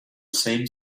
same